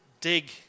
dig